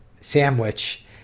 sandwich